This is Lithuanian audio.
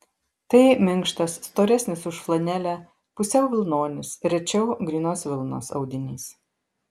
tai minkštas storesnis už flanelę pusiau vilnonis rečiau grynos vilnos audinys